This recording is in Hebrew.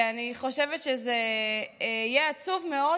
ואני חושבת שזה יהיה עצוב מאוד